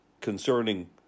concerning